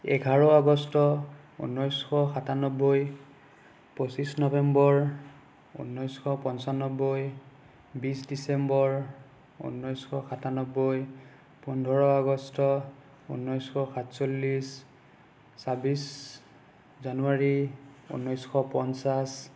এঘাৰ আগষ্ট ঊনৈছশ সাতানব্বৈ পঁচিছ নবেম্বৰ ঊনৈছশ পঁচান্নব্বৈ বিছ ডিচেম্বৰ ঊনৈছশ সাতানব্বৈ পোন্ধৰ আগষ্ট ঊনৈছশ সাতচল্লিছ ছাব্বিছ জানুৱাৰী ঊনৈছশ পঞ্চাছ